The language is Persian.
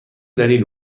دلیل